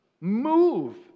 move